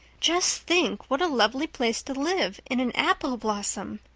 just think what a lovely place to live in an apple blossom!